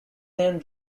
name